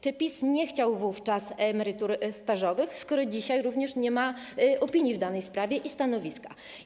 Czy PiS nie chciał wówczas emerytur stażowych, skoro dzisiaj również nie ma opinii o danej sprawie i stanowiska?